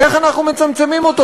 איך אנחנו מצמצמים אותו.